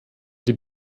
die